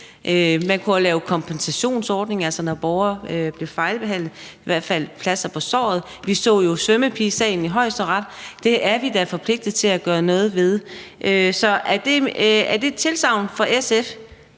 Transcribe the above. Man kunne også lave kompensationsordninger, altså når borgere bliver fejlbehandlet – det er i hvert fald et plaster på såret. Vi så jo svømmepigesagen i Højesteret. Vi er da forpligtet til at gøre noget ved det. Så er det et tilsagn fra SF,